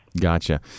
Gotcha